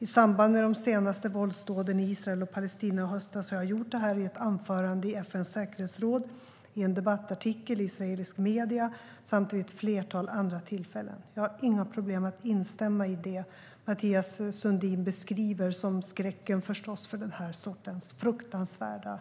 I samband med de senaste våldsdåden i Israel och Palestina i höstas gjorde jag detta i ett anförande i FN:s säkerhetsråd, i en debattartikel i israeliska medier samt vid ett flertal andra tillfällen. Jag har inga problem att instämma i det Mathias Sundin säger om skräcken för den här sortens fruktansvärda